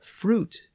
fruit